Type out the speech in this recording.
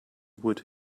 would